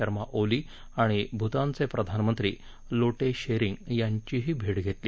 शर्मा ओली आणि भूटानचे प्रधानमंत्री लोटे शेरिंग यांचीही भेट घेतली